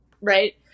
Right